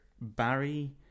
Barry